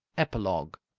epilogue